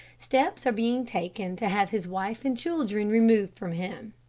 steps are being taken to have his wife and children removed from him